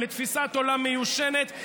לתפיסת עולם מיושנת,